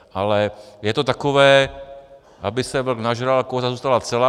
Ale je to takové... aby se vlk nažral a koza zůstala celá.